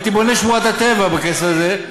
הייתי בונה שמורת טבע בכסף הזה.